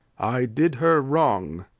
i did her wrong.